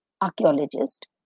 archaeologist